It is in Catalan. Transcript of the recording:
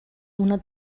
una